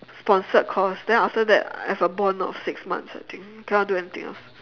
sponsored course then after that I have a bond of six months I think cannot do anything else